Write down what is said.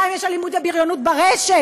בינתיים יש אלימות ובריונות ברשת.